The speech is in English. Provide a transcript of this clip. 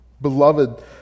Beloved